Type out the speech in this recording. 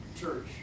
church